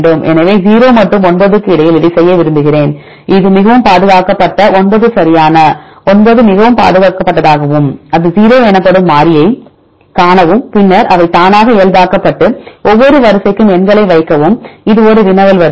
எனவே 0 மற்றும் 9 க்கு இடையில் இதைச் செய்ய விரும்புகிறேன் இது மிகவும் பாதுகாக்கப்பட்ட 9 சரியான 9 மிகவும் பாதுகாக்கப்பட்டதாகவும் அது 0 எனப்படும் மாறியைக் காணவும் பின்னர் அவை தானாக இயல்பாக்கப்பட்டு ஒவ்வொரு வரிசைக்கும் எண்களை வைக்கவும் இது ஒரு வினவல் வரிசை